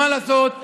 מה לעשות,